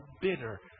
bitter